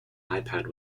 ipad